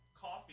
coffee